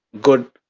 good